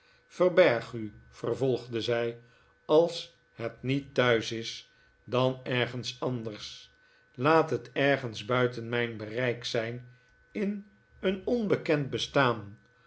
verberg u vervolgde zij als het niet thuis is dan ergens anders laat het ergens buiten mijn bereik zijn in een onbekend bestaan